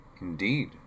Indeed